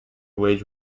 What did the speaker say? wage